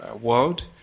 world